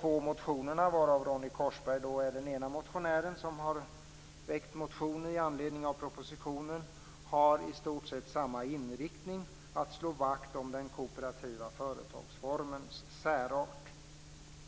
Två motioner har väckts i anledning av propositionen, och Ronny Korsberg står alltså bakom den ena. Motionerna har i stort sett samma inriktning, nämligen att slå vakt om den kooperativa företagsformens särart.